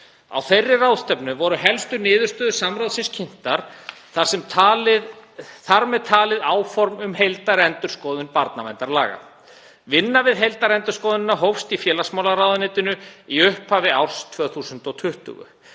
Á þeirri ráðstefnu voru helstu niðurstöður samráðsins kynntar, þar með talið áform um heildarendurskoðun barnaverndarlaga. Vinna við heildarendurskoðunina hófst í félagsmálaráðuneytinu í upphafi árs 2020.